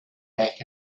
back